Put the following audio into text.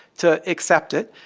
to accept it?